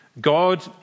God